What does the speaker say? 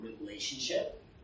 relationship